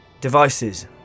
devices